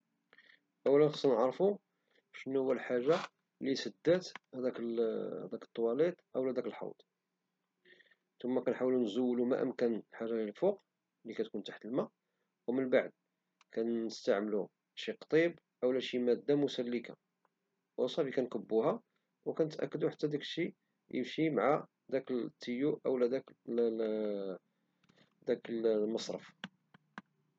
أولا خصنا نعرفو شنو هي الحاجة لي سدات هداك الطواليط أو لا داك الحوض ثم كنحاولو نزولو ما أمكن أي حاجة من الفوق لي كتكون تحت الماء ومن بعد كنستعملو شي قطيب أولا شي مادة مسلكة وصافي كنكبوها وكنتأكدو حتى ديك شي كيمشي مع التوييو أو داك المصرف